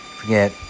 forget